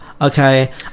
okay